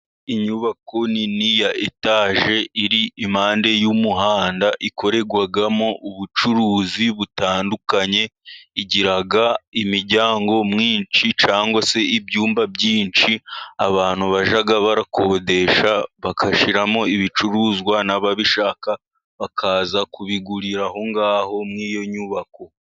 Inyubako nini ya etaje iri impande y'umuhanda, ikorerwamo ubucuruzi butandukanye, igira imiryango myinshi cyangwa se ibyumba byinshi abantu bajya bakodesha bagashyiramo ibicuruzwa n'ababishaka bakaza kubigurira aho ngaho muri iyo nyubako.